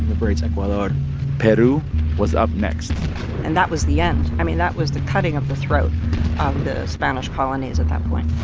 liberates ecuador peru was up next and that was the end. i mean, that was the cutting of the throat of the spanish colonies at that point